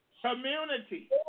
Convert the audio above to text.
Community